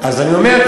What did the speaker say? אז אני אומר,